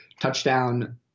touchdown